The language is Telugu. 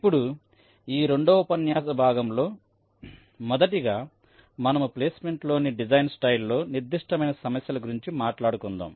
ఇప్పుడు ఈ రెండవ ఉపన్యాస భాగంలో మొదటిగా మనము ప్లేస్మెంట్ లోని డిజైన్ స్టైల్ లో నిర్దిష్టమైన సమస్యలు గురించి మాట్లాడుకుందాం